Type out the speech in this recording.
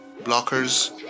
blockers